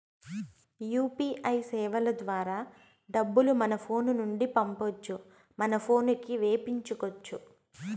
UPI సేవల ద్వారా డబ్బులు మన ఫోను నుండి పంపొచ్చు మన పోనుకి వేపించుకొచ్చు